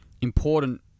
important